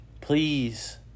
Please